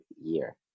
year